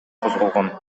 козголгон